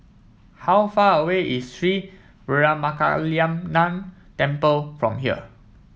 how far away is Sri Veeramakaliamman Temple from here